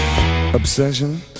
obsession